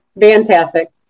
Fantastic